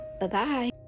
Bye-bye